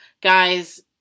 guys